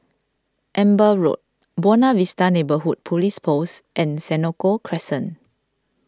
Amber Road Buona Vista Neighbourhood Police Post and Senoko Crescent